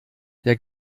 der